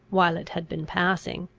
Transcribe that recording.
while it had been passing,